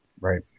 Right